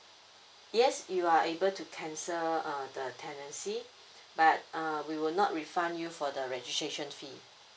yes you are able to cancel uh the tenancy but uh we will not refund you for the registration fee